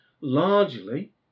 largely